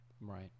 Right